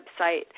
website